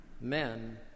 men